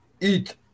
eat